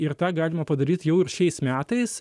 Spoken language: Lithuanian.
ir tą galima padaryt jau ir šiais metais